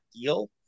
deal